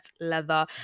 leather